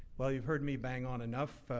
well, you've heard me bang on enough,